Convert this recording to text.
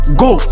go